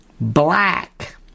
Black